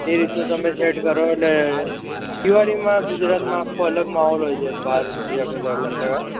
એ રીતનું તમે સેટ કરો એટલે દિવાળીમાં ગુજરાતમાં આખો અલગ માહોલ હોય છે ભારત બીજા બધા કરતાં